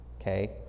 Okay